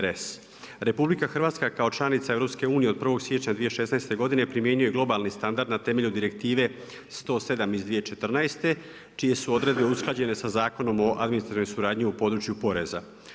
Republika Hrvatska kao članica EU od 1. siječnja 2016. godine primjenjuje globalni standard na temelju Direktive 107 iz 2014. čije su odredbe usklađene sa Zakonom o administrativnoj suradnji u području poreza.